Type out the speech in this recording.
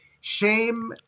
shame